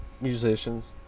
Musicians